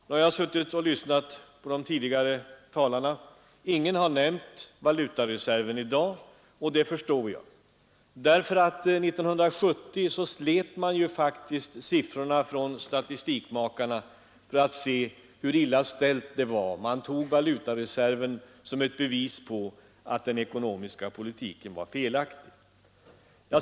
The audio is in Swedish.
Ingen av talarna har i dag nämnt den positiva utvecklingen härefter. Och det förstår jag. År 1970 slet man faktiskt siffrorna från statistikmakarna för att se hur illa ställt det var — man tog valutareserven som ett bevis på att den ekonomiska politiken var felaktig.